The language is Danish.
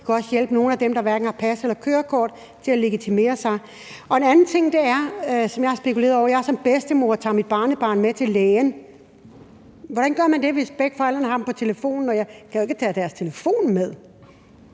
Det kan også hjælpe nogle af dem, der hverken har pas eller kørekort til at legitimere sig. En anden ting, jeg har spekuleret over, er, i forhold til når jeg som bedstemor tager mit barnebarn med til lægen. Hvordan gør man det, hvis begge forældre har det på telefonen? Jeg kan jo ikke tage deres telefon med.